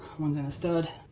one's in a stud.